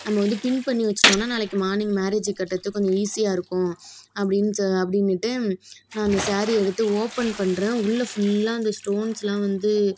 நம்ப வந்து பின் பண்ணி வச்சிட்டோம்னா நாளைக்கு மார்னிங் மேரேஜ்க்கு கட்டுறதுக்கு கொஞ்சம் ஈசியாகருக்கும் அப்டின்னு அப்படின்னுட்டு நான் அந்த சாரீயை எடுத்து ஓப்பன் பண்ணுறேன் உள்ளே ஃபுல்லாக அந்த ஸ்டோன்ஸ்லாம் வந்து